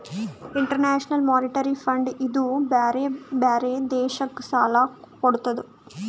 international monetary fund ಇದೂ ಬ್ಯಾರೆ ಬ್ಯಾರೆ ದೇಶಕ್ ಸಾಲಾ ಕೊಡ್ತುದ್